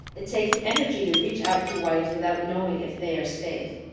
it takes energy to reach out to whites without knowing if they're safe.